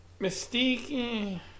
Mystique